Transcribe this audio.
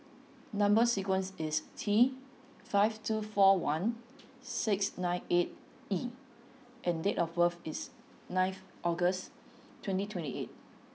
number sequence is T five two four one six nine eight E and date of birth is ninth August twenty twenty eight